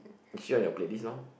is she on your playlist now